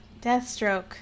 Deathstroke